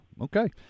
Okay